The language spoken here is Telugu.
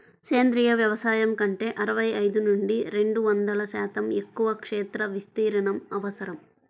సేంద్రీయ వ్యవసాయం కంటే అరవై ఐదు నుండి రెండు వందల శాతం ఎక్కువ క్షేత్ర విస్తీర్ణం అవసరం